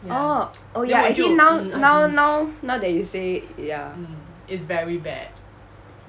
oh oh ya actually now now now now that you say ya